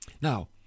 now